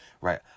right